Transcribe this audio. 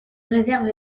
réserve